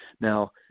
Now